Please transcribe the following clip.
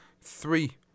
three